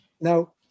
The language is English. Now